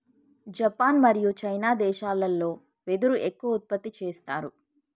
Japan మరియు China దేశాలల్లో వెదురు ఎక్కువ ఉత్పత్తి చేస్తారు